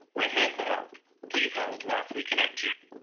we're here to help please hold while we connect you.